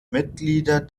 mitglieder